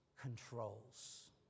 controls